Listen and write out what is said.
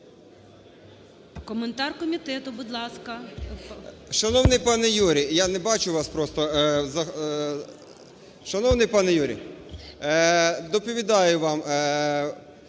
Коментар комітету, будь ласка.